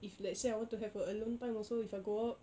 if let's say if I want to have a alone time also if I go out